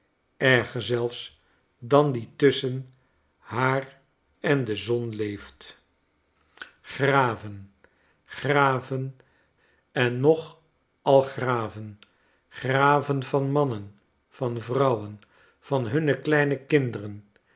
erger zelfs dan die tusschen haar en de zon leeft graven graven en nog al graven graven van mannen van vrouwen van hunne kleine kinderen